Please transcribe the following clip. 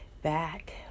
Back